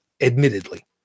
admittedly